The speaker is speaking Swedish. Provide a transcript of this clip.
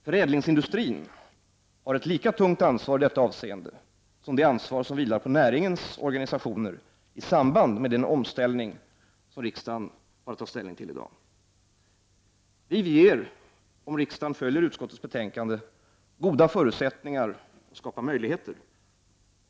Förädlingsindustrin har i detta avseende ett ansvar som är lika tungt som det som vilar på näringens organisationer i samband med den omställning som riksdagen har att ta ställning till i dag. Vi ger, om riksdagen följer utskottets betänkande, goda förutsättningar att skapa möjligheter.